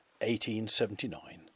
1879